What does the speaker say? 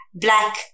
black